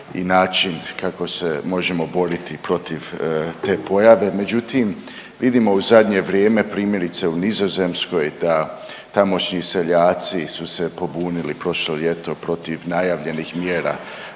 i način kako se možemo boriti protiv te pojave. Međutim, vidimo u zadnje vrijeme primjerice u Nizozemskoj da tamošnji seljaci su se pobunili prošlo ljeto protiv najavljenih mjera